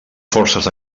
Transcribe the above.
forces